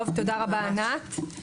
תודה רבה, ענת.